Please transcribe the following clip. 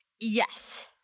Yes